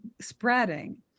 spreading